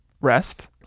rest